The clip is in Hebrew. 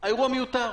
האירוע מיותר.